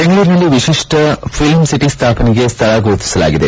ಬೆಂಗಳೂರಿನಲ್ಲಿ ವಿತಿಷ್ಣ film city ಸ್ಥಾಪನೆಗೆ ಸ್ಥಳ ಗುರುತಿಸಲಾಗಿದೆ